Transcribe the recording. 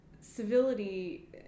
civility